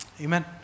Amen